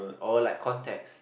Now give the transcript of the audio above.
oh like context